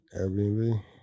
Airbnb